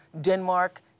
Denmark